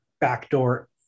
backdoor